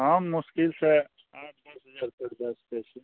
हम मुश्किल सए अहाँ पाँच हजार छओ हजार देब की